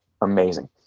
Amazing